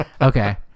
Okay